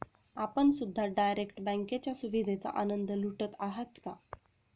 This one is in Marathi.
आपण सुद्धा डायरेक्ट बँकेच्या सुविधेचा आनंद लुटत आहात का?